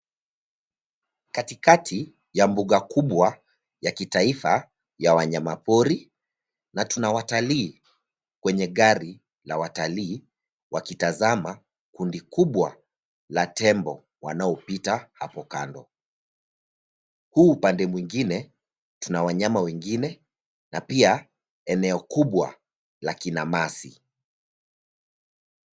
Katikati ya mbuga kubwa ya kitaifa ya wanyama pori na tuna watalii kwenye gari la watalii wakitazama kundi kubwa la tembo wanaopita hapo kando. Huu upande mwingine tuna wanyama wengine na pia eneo kubwa la kinamasi.